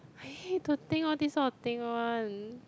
I hate to think all these kind of thing one